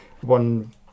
one